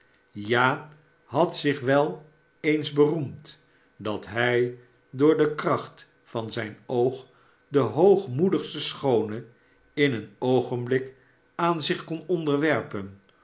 ja had zich wel eens beroemd dat hij door de kracht van zijn oog de hoogmoedigste schoone in een oogenblik aan zich kon onderwerpen